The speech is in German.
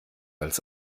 als